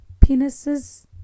penises